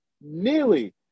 nearly